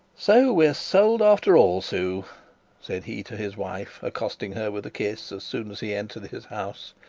so we're sold after all, sue said he to his wife, accosting her with a kiss as soon as he entered his house.